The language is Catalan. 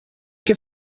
què